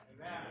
Amen